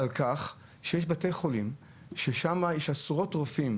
יש בתי חולים שבהם יש עשרות רופאים